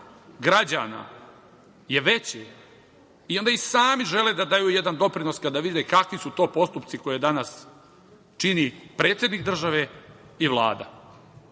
građana je veće i oni i sami žele da daju jedan doprinos kada vide kakvi su to postupci koje čini predsednik države i Vlada.